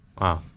Wow